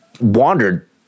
wandered